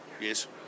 Yes